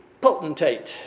potentate